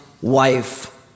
wife